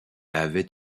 avait